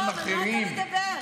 על מה אתה מדבר?